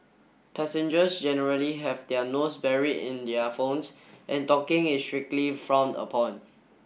passengers generally have their nose buried in their phones and talking is strictly frowned upon